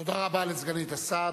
תודה רבה לסגנית השר.